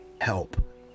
help